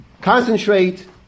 concentrate